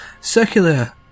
circular